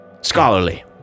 Scholarly